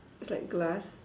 it's like glass